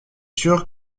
sûr